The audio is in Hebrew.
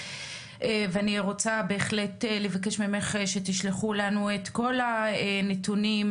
ואני רוצה בהחלט לבקש ממך שתשלחו לנו את כל הנתונים,